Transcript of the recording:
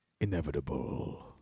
inevitable